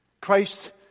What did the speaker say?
Christ